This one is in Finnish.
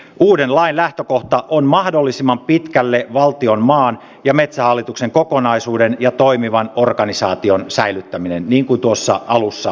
uuden lain lähtökohta on mahdollisimman pitkälle valtion maan ja metsähallituksen kokonaisuuden ja toimivan organisaation säilyttäminen niin kuin tuossa alussa totesin